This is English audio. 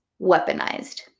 weaponized